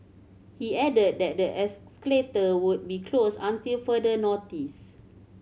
he added that the as would be closed until further notice